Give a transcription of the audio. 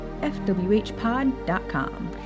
FWHpod.com